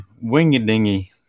wingy-dingy